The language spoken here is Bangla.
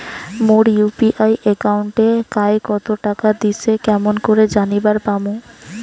মোর ইউ.পি.আই একাউন্টে কায় কতো টাকা দিসে কেমন করে জানিবার পামু?